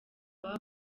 baba